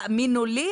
תאמינו לי,